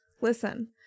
Listen